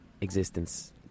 existence